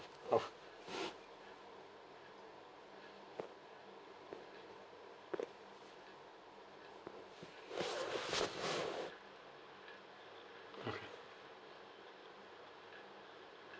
of